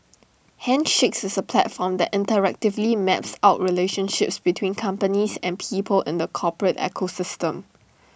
handshakes is A platform that interactively maps out relationships between companies and people in the corporate ecosystem